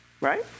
Right